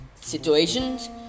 situations